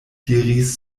diris